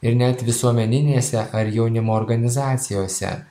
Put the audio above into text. ir net visuomeninėse ar jaunimo organizacijose